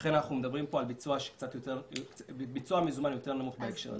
לכן אנחנו מדברים פה על ביצוע מזומן יותר נמוך בהקשר הזה.